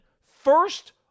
first